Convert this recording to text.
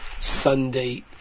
Sunday